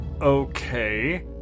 Okay